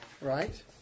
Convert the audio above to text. Right